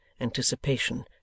anticipation